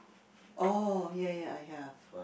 oh ya ya I have